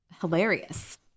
hilarious